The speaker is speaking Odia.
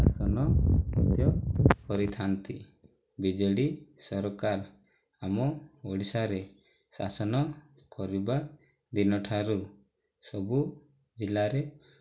ଶାସନ ମଧ୍ୟ କରିଥାନ୍ତି ବିଜେଡ଼ି ସରକାର ଆମ ଓଡ଼ିଶାରେ ଶାସନ କରିବା ଦିନଠାରୁ ସବୁ ଜିଲ୍ଲାରେ